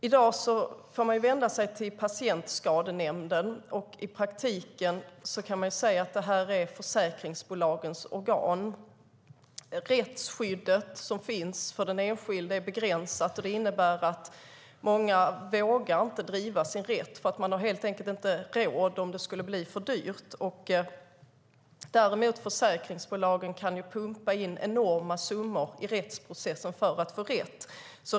I dag får man vända sig till Patientskadenämnden. I praktiken kan man säga att det är försäkringsbolagens organ. Det rättsskydd som finns för den enskilde är begränsat. Det innebär att många inte vågar driva sin rätt. De har helt enkelt inte råd; det kan bli alltför dyrt. Försäkringsbolagen kan däremot pumpa in enorma summor i rättsprocessen för att få rätt.